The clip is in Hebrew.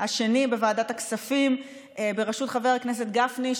השני בוועדת הכספים בראשות חבר הכנסת גפני,